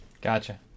Gotcha